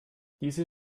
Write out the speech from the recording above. diese